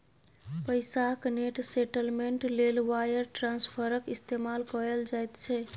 पैसाक net settlement लेल wire ट्रांस्फरक इस्तेमाल कएल जाइत छै